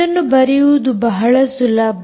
ಇದನ್ನು ಬರೆಯುವುದು ಬಹಳ ಸುಲಭ